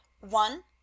One